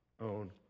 own